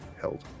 held